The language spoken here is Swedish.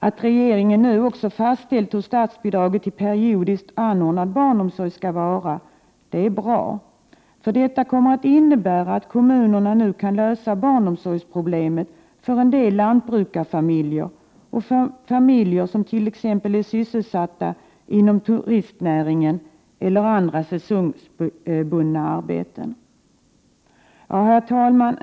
Att regeringen nu fastställt hur stort statsbidraget till periodiskt anordnad barnomsorg skall vara är bra. Detta kommer nämligen att innebära att kommunerna nu kan lösa barnomsorgsproblemet för en del lantbrukarfamiljer och för familjer som t.ex. är sysselsatta inom turistnäringen eller andra säsongsbundna arbeten. Herr talman!